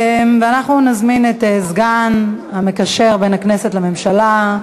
אנחנו נזמין את סגן השר המקשר בין הכנסת לממשלה,